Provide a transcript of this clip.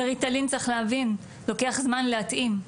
וריטלין צריך להבין לוקח זמן להתאים,